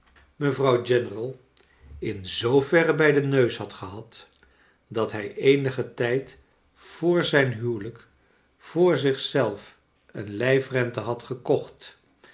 mevrouw general in zoover bij den neus had gehad dat hij eenigen tijd voor zijn huwelijk voor zich zelf een lijf rente had gekoeht